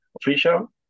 official